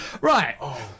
Right